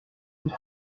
une